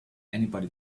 anybody